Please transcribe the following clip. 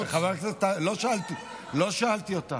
חברת הכנסת גוטליב, לא שאלתי אותך.